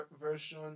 version